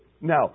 Now